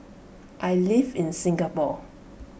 I live in Singapore